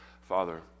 Father